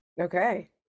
Okay